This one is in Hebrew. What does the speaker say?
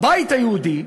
הבית היהודי,